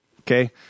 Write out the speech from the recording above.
Okay